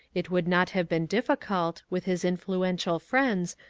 it would not have been difficult, with his influential friends,